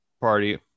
party